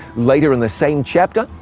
later in the same chapter,